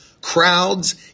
crowds